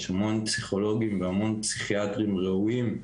יש המון פסיכולוגים והמון פסיכיאטרים ראויים,